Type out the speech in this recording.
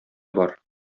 бар